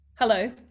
Hello